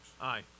Aye